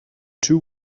two